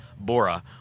bora